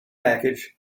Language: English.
package